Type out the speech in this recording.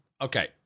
okay